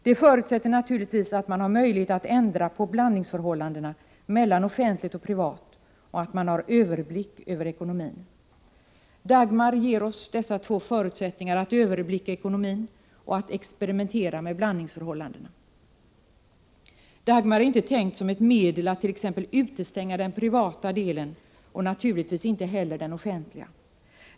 Det förutsätter naturligtvis att man har möjlighet att ändra på blandningsförhållandena mellan offentligt och privat och att man har överblick över ekonomin. Dagmar ger oss dessa två förutsättningar, att överblicka ekonomin och att experimentera med blandningsförhållandena. Dagmar är inte tänkt som ett medel att t.ex. utestänga den privata delen, och naturligtvis inte heller den offentliga.